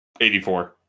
84